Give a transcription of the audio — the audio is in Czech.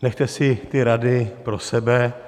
Nechte si ty rady pro sebe.